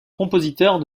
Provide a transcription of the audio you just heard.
compositeur